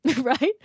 right